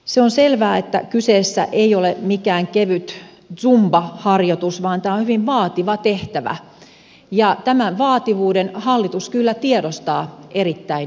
se on selvää että kyseessä ei ole mikään kevyt zumba harjoitus vaan tämä on hyvin vaativa tehtävä ja tämän vaativuuden hallitus kyllä tiedostaa erittäin hyvin